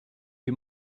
you